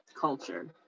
culture